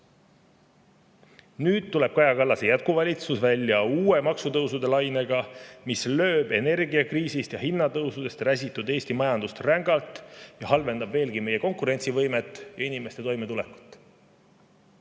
Nüüd tuleb Kaja Kallase jätkuvalitsus välja uue maksutõusude lainega, mis lööb energiakriisist ja hinnatõusudest räsitud Eesti majandust rängalt ning halvendab veelgi meie konkurentsivõimet ja inimeste toimetulekut.